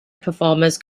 performers